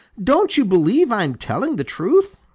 don't you believe i'm telling the truth?